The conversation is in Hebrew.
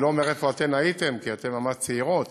אני לא אומר איפה אתן הייתן, כי אתן ממש צעירות,